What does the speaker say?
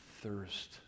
thirst